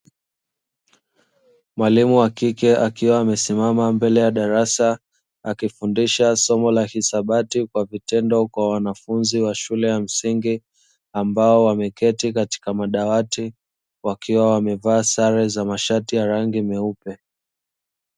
Mwalimu wa kike, akiwa amesimama mbele ya darasa, akifundisha somo la hisabati kwa vitendo kwa wanafunzi wa shule ya msingi ambao wameketi katika madawati, wakiwa wamevaa sare za mashati ya rangi nyeupe.